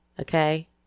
Okay